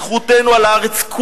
זכותנו על הארץ,